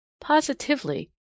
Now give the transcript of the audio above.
Positively